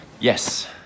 Yes